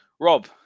Rob